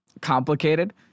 complicated